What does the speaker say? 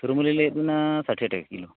ᱥᱩᱨᱩ ᱢᱟ ᱞᱤᱧ ᱞᱟᱹᱭᱟᱫᱵᱤᱱᱟ ᱴᱟᱠᱟ ᱠᱤᱞᱳ